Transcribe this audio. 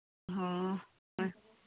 ꯑꯣ ꯍꯣꯏ